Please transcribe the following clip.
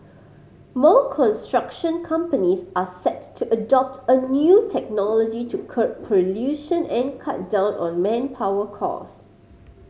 more construction companies are set to adopt a new technology to curb pollution and cut down on manpower costs